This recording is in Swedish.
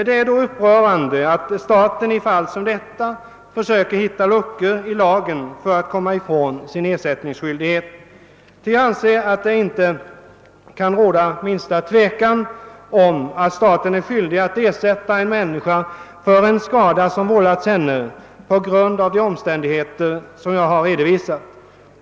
Det är upprörande att staten i fall som detta försöker hitta luckor i lagen för att komma ifrån sin ersättningsskyldighet. Vi anser att det inte kan råda minsta tvekan om att staten är skyldig att ersätta en människa för en skada som vållats henne på grund av de omständigheter som jag här har redovisat.